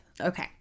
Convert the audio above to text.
okay